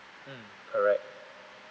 mm correct